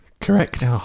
Correct